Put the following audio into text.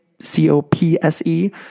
C-O-P-S-E